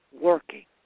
working